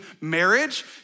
marriage